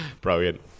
brilliant